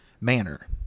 manner